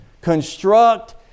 construct